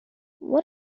what